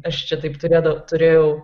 aš čia taip turėdavau turėjau